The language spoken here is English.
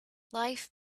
life